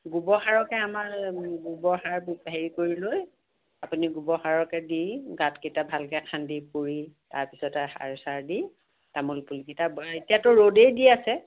গোবৰ সাৰকে আমাৰ গোবৰ সাৰ হেৰি কৰি লৈ আপুনি গোবৰ সাৰকে দি গাঁত কেইটা ভালকে খান্দি কুৰি তাৰ পাছতে সাৰ চাৰ দি তামোল পুলিকেইটা এতিয়াতো ৰ'দেই দি আছে